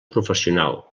professional